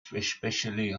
specifically